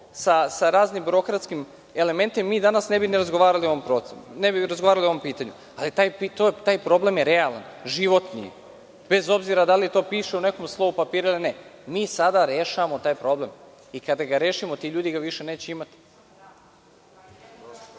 sa raznim birokratskim elementima, mi danas ne bi ni razgovarali o ovom pitanju, ali taj problem je realan, životni, bez obzira da li to piše u nekom slovu papira ili ne. Mi sada rešavamo taj problem i kada ga rešimo ti ljudi ga više neće imati.